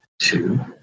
Two